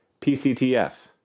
PCTF